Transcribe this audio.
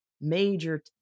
major